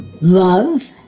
Love